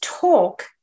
talk